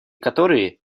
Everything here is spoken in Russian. которые